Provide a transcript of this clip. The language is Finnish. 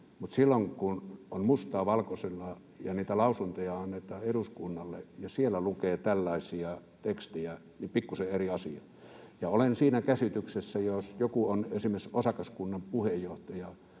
silloin kun on mustaa valkoisella ja niitä lausuntoja annetaan eduskunnalle ja siellä lukee tällaisia tekstejä, niin se on pikkusen eri asia. Olen siinä käsityksessä, että jos joku on esimerkiksi osakaskunnan puheenjohtaja